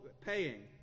paying